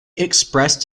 expressed